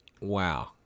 Wow